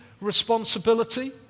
responsibility